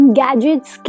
gadgets